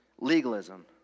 legalism